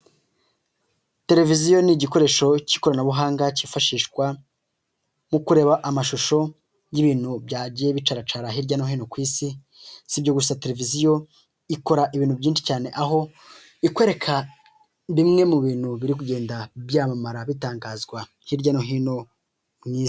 Televiziyo ni igikoresho cy'ikoranabuhanga cyifashishwa mu kureba amashusho y'ibintu byagiye bicaracara hirya no hino ku isi, si ibyo gusa televiziyo ikora ibintu byinshi cyane, aho ikwereka bimwe mu bintu biri kugenda byamamara bitangazwa hirya no hino mu isi.